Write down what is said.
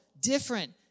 different